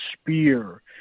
spear